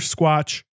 Squatch